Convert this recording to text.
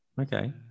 Okay